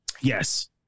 Yes